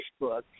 Facebook